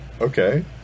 Okay